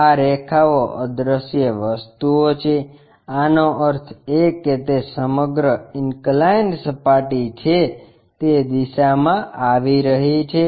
આ રેખાઓ અદ્રશ્ય વસ્તુઓ છે આનો અર્થ એ કે તે સમગ્ર ઇન્કલાઇન્ડ સપાટી જે તે દિશામાં આવી રહી છે